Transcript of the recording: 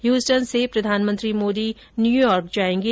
Houston से प्रधानमंत्री Modi New York जाएंगे